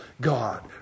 God